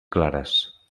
clares